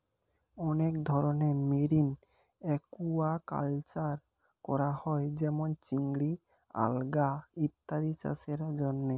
অনেক ধরনের marine aquaculture করা হয় যেমন চিংড়ি, আলগা ইত্যাদি চাষের জন্যে